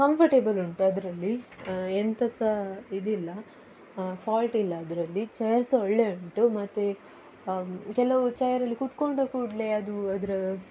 comfortable ಉಂಟು ಅದರಲ್ಲಿ ಎಂತ ಸಹಾ ಇದ್ದಿಲ್ಲ ಫಾಲ್ಟಿಲ್ಲ ಅದರಲ್ಲಿ ಚೇರ್ ಸಹಾ ಒಳ್ಳೆ ಉಂಟು ಮತ್ತೆ ಕೆಲವು ಚೇರಲ್ಲಿ ಕೂತ್ಕೊಂಡ ಕೂಡಲೆ ಅದು ಅದರ